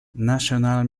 national